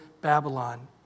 Babylon